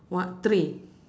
what three